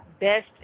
best